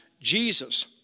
Jesus